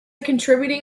contributing